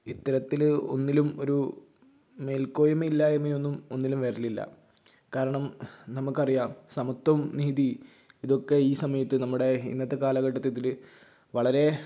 ഇത്തരത്തില് ഒന്നിലും ഒരു മേൽക്കോയ്മയില്ലായ്മയൊന്നും ഒന്നിലും വരലില്ല കാരണം നമുക്കറിയാം സമത്വം നീതി ഇതൊക്കെ ഈ സമയത്ത് നമ്മുടെ ഇന്നത്തെ കാലഘട്ടത്തിൽ ഇതില് വളരേ